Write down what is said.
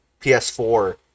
PS4